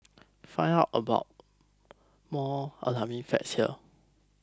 find out more alarming facts here